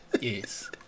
Yes